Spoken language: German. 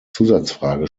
zusatzfrage